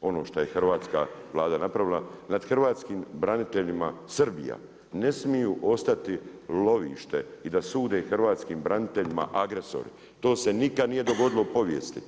ono što je hrvatska Vlada napravila nad hrvatskim braniteljima, …/Govornik se ne razumije. ne smiju ostati lovište i da sude hrvatskim braniteljima agresori, to se nikad nije ni dogodilo u povijesti.